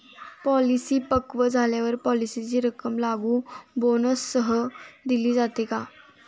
Policy पक्व झाल्यावर पॉलिसीची रक्कम लागू बोनससह दिली जाते का?